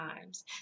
times